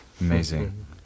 Amazing